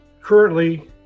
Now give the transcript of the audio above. Currently